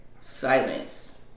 silence